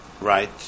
Right